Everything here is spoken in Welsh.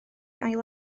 ail